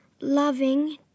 loving